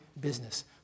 business